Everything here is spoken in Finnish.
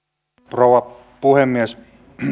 rouva puhemies